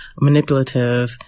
manipulative